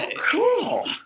Cool